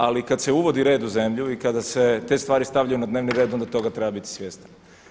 Ali kad se uvodi red u zemlju i kada se te stvari stavljaju na dnevni red, onda toga treba biti svjestan.